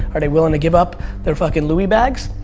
are they willing to give up their fucking louie bags?